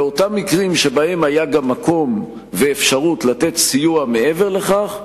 באותם מקרים שבהם היו מקום ואפשרות לתת סיוע מעבר כך,